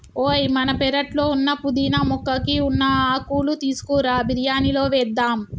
ఓయ్ మన పెరట్లో ఉన్న పుదీనా మొక్కకి ఉన్న ఆకులు తీసుకురా బిరియానిలో వేద్దాం